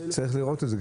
צריך לבדוק את זה.